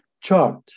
Chart